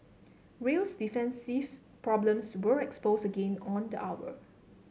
Real's defensive problems were exposed again on the hour